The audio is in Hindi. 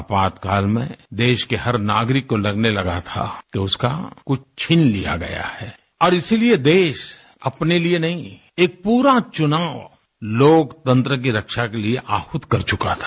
आपातकाल में देश के हर नागरिक को लगने लगा था कि उसका कुछ छीन लिया गया है और इसीलिए देश अपने लिए नहीं एक पूरा चुनाव लोकतंत्र की रक्षा के लिए आहुत कर चुका था